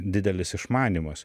didelis išmanymas